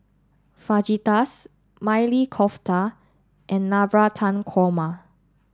Fajitas Maili Kofta and Navratan Korma